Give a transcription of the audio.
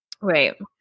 Right